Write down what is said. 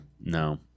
No